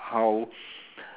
how